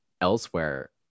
elsewhere